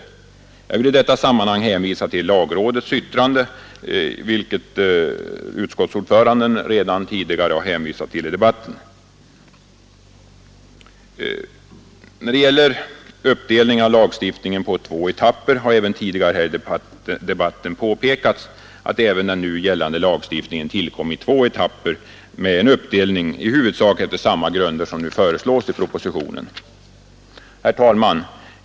Jag vill i detta sammanhang hänvisa till lagrådets yttrande, vilket utskottsordföranden herr Wiklund i Stockholm redan har erinrat om i debatten. När det gäller uppdelningen av lagstiftningen i två etapper har det tidigare i debatten påpekats att även den nu gällande lagstiftningen tillkom i två etapper med en uppdelning i huvudsak efter samma grunder som nu föreslås i propositionen. Herr talman!